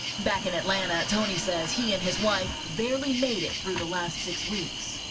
back in atlanta, tony says he and his wife barely made it through the last six weeks.